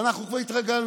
ואנחנו כבר התרגלנו.